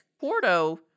Porto